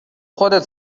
خودت